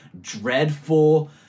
dreadful